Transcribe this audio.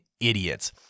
idiots